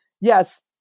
yes